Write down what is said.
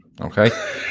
Okay